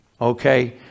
okay